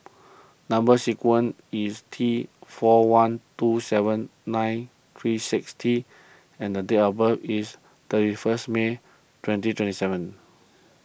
Number Sequence is T four one two seven nine three six T and date of birth is thirty first May twenty twenty seven